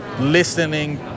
listening